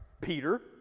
Peter